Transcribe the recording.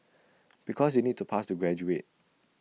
because you need to pass to graduate